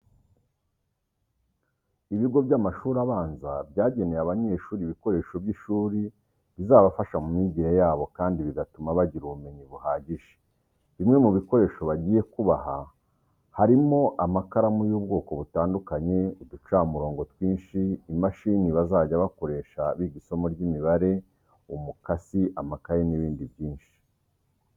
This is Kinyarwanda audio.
Ibigo by'amashuri abanza byageneye abanyeshuri ibikoresho by'ishuri bizabafasha mu myigire yabo kandi bigatuma bagira ubumenyi buhagije. Bimwe mu bikoresho bagiye kubaha harimo amakaramu y'ubwoko butandukanye, uducamurongo twinshi, imashini bazajya bakoresha biga isomo ry'imibare, umukasi, amakayi n'ibindi byinshi.